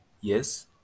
yes